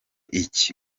iki